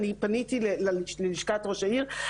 אני פניתי ללשכת ראש העיר,